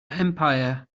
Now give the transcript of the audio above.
empire